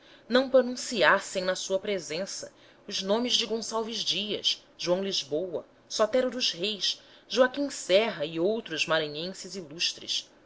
não pronunciassem na sua presença os nomes de gonçalves dias joão lisboa sotero dos reis joaquim serra e outros maranhenses ilustres